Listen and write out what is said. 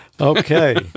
Okay